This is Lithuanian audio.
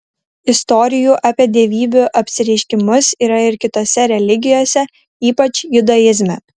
istorijų apie dievybių apsireiškimus yra ir kitose religijose ypač judaizme